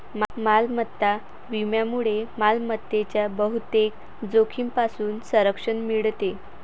मालमत्ता विम्यामुळे मालमत्तेच्या बहुतेक जोखमींपासून संरक्षण मिळते